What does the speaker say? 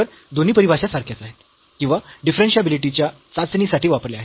तर दोन्ही परिभाषा सारख्याच आहेत किंवा डिफरन्शियाबिलिटीच्या चाचणी साठी वापरल्या आहेत